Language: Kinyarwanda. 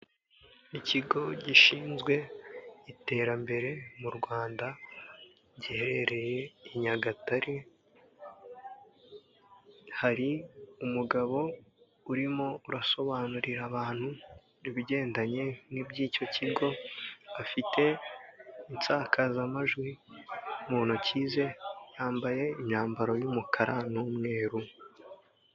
Ikigo gishinzwe iterambere mu Rwanda giherereye i Nyagatare hari umugabo urimo urasobanurira abantu ibigendanye n'iby'icyo kigo, afite insakazamajwi mu ntoki ze, yambaye imyambaro y'umukara n'umweru.